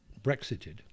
Brexited